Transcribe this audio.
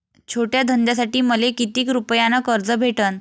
छोट्या धंद्यासाठी मले कितीक रुपयानं कर्ज भेटन?